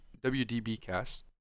WDBcast